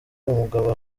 umugabo